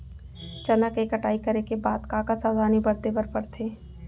चना के कटाई करे के बाद का का सावधानी बरते बर परथे?